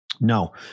No